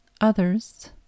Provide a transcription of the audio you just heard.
Others